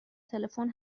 تلفن